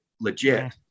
legit